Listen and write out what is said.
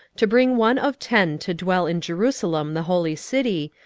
to bring one of ten to dwell in jerusalem the holy city,